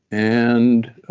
and